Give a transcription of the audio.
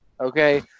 Okay